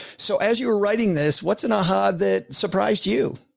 so as you were writing this, what's an aha that surprised you.